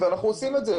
ואנחנו עושים את זה,